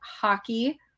hockey